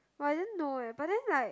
I didn't know eh but then like